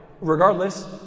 regardless